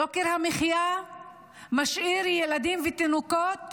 יוקר המחיה משאיר ילדים ותינוקות